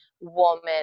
woman